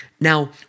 Now